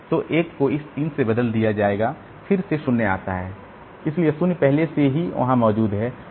तो 1 को इस 3 से बदल दिया जाएगा फिर से 0 आता है इसलिए 0 पहले से ही वहां मौजूद है